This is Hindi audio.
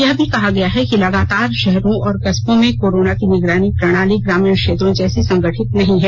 यह भी कहा गया है कि ज्यादातर शहरों और कस्बो में कोरोना की निगरानी प्रणाली ग्रामीण क्षेत्रों जैसी संगठित नहीं है